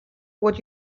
what